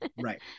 right